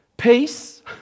Peace